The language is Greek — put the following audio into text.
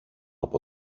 από